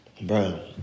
Bro